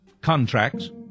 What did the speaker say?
contracts